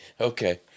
Okay